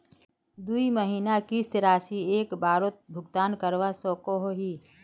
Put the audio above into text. दुई महीनार किस्त राशि एक बारोत भुगतान करवा सकोहो ही?